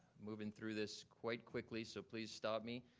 moving through this quite quickly, so please stop me.